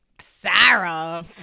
Sarah